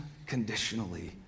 unconditionally